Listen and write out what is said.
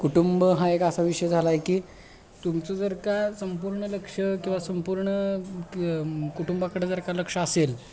कुटुंब हा एक असा विषय झालाय की तुमचं जर का संपूर्ण लक्ष किंवा संपूर्ण की कुटुंबाकडे जर का लक्ष असेल